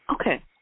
Okay